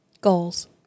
Goals